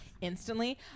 instantly